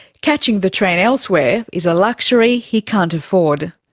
catching the train elsewhere is a luxury he can't afford.